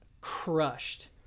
crushed